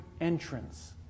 entrance